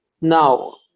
Now